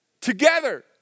together